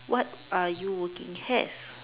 what are you working have